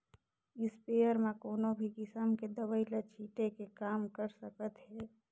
sprayer म कोनो भी किसम के दवई ल छिटे के काम कर सकत हे